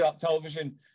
television